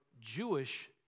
Jewish